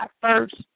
first